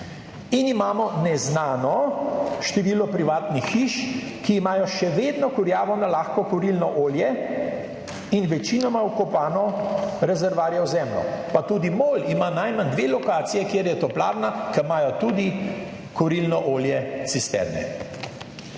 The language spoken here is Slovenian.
in imamo neznano število privatnih hiš, ki imajo še vedno kurjavo na lahko kurilno olje in večinoma vkopano rezervoarje v zemljo, pa tudi MOL ima najmanj dve lokaciji kjer je toplarna, ki imajo tudi kurilno olje, cisterne.